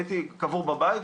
הייתי קרוב לבית,